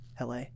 LA